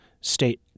state